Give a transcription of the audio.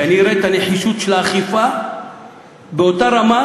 שאני אראה את הנחישות של האכיפה באותה רמה